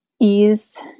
ease